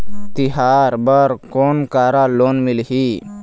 तिहार बर कोन करा लोन मिलही?